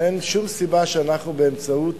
אין שום סיבה שאנחנו באמצעות